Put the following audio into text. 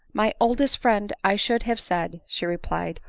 my oldest friend i should have said, she replied,